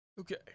Okay